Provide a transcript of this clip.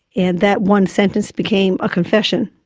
and that one sentence became a confession,